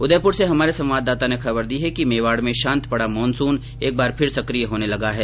उदयपुर से हमारे संवाददाता ने खबर दी है कि मेवाड में शांत पडा मानसून एक बार फिर सकिय होने लगा है